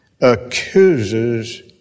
accuses